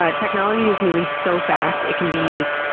ah technology is moving so fast it can be used,